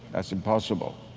that's impossible.